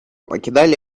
покидали